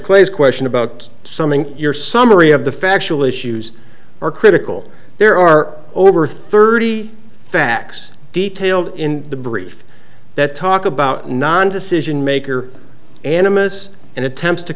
claims question about something your summary of the factual issues are critical there are over thirty facts detailed in the brief that talk about non decision maker animists and attempts to